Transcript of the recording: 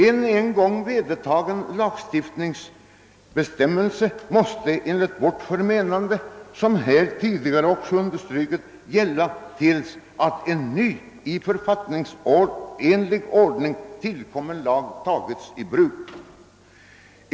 En en gång vedertagen lagstiftning måste, såsom också tidigare understrukits, gälla till dess att en ny, i författningsenlig ordning tillkommen bestämmelse tagits i bruk.